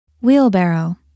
Wheelbarrow